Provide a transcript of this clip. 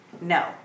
no